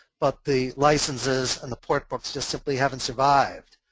but the licenses and the port books just simply haven't survived.